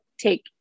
take